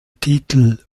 titel